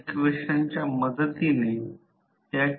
V2 V1 I2 R e 1 j X e 1